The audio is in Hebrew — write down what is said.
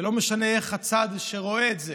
ולא משנה איך הצד שרואה את זה